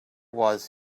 was